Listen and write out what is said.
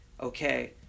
okay